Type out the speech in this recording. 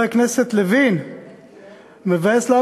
בגלל שאתה